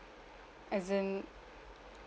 as in